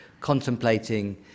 contemplating